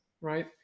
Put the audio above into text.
right